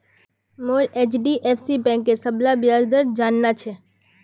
मोक एचडीएफसी बैंकेर सबला ब्याज दर जानना छ